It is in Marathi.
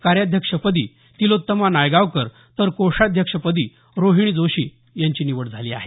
कार्याध्यक्षपदी तिलोत्तमा नायगावकर तर कोषाध्यक्षपदी रोहिणी जोशी यांची निवड झाली आहे